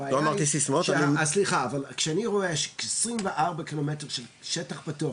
הבעיה היא שאני רואה 24 קילומטר של שטח פתוח